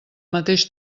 mateix